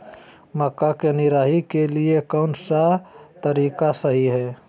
मक्का के निराई के लिए कौन सा तरीका सही है?